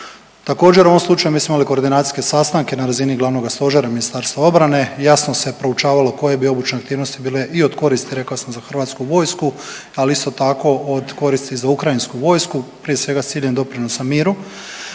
Također u ovom slučaju mi smo imali koordinacijske sastanke na razini glavnoga stožera Ministarstva obrane i jasno se poučavalo koje bi obučne aktivnosti bile i od koristi rekao sam za Hrvatsku vojsku, ali isto tako od koristi za ukrajinsku vojsku, prije svega s ciljem doprinosa miru.